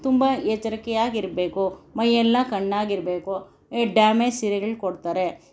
ತುಂಬ ಎಚ್ಚರಿಕೆಯಾಗಿರಬೇಕು ಮೈಯೆಲ್ಲ ಕಣ್ಣಾಗಿರಬೇಕು ಈ ಡ್ಯಾಮೇಜ್ ಸೀರೆಗಳು ಕೊಡ್ತಾರೆ